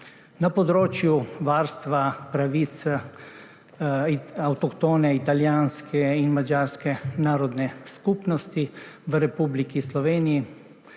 Na področju varstva pravic avtohtone italijanske in madžarske narodne skupnosti v Republiki Sloveniji